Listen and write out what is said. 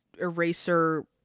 eraser